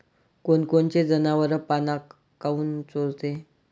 कोनकोनचे जनावरं पाना काऊन चोरते?